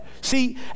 See